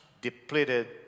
depleted